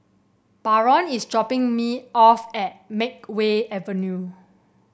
Baron is dropping me off at Makeway Avenue